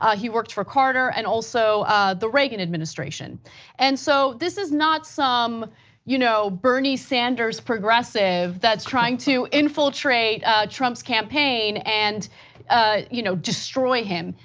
ah he worked for carter and also the reagan administration and so this is not some you know bernie sanders progressive that's trying to infiltrate trump's campaign and ah you know destroy him.